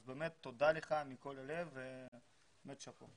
אז באמת תודה לך מכל הלב ובאמת שאפו.